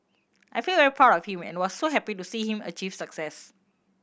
I feel very proud of him and was so happy to see him achieve success